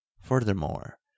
Furthermore